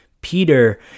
Peter